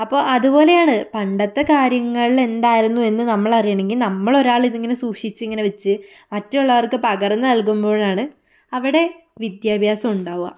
അപ്പോൾ അതുപോലെ ആണ് പണ്ടത്തെ കാര്യങ്ങൾ എന്തായിരുന്നു എന്ന് നമ്മൾ അറിയണമെങ്കിൽ നമ്മളൊരാൾ ഇതു ഇങ്ങനെ സൂക്ഷിച്ച് ഇങ്ങനെ വെച്ച് മറ്റുള്ളവർക്ക് പകർന്നു നൽകുമ്പോഴാണ് അവിടെ വിദ്യാഭാസം ഉണ്ടാവുക